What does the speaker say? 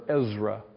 Ezra